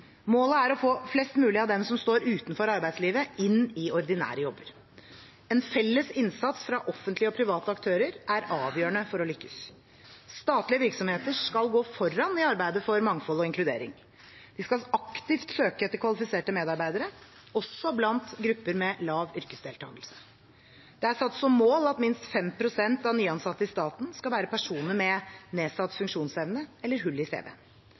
Målet er å få flest mulig av dem som står utenfor arbeidslivet, inn i ordinære jobber. En felles innsats fra offentlige og private aktører er avgjørende for å lykkes. Statlige virksomheter skal gå foran i arbeidet for mangfold og inkludering. De skal aktivt søke etter kvalifiserte medarbeidere, også blant grupper med lav yrkesdeltakelse. Det er satt som mål at minst 5 pst. av nyansatte i staten skal være personer med nedsatt funksjonsevne eller hull i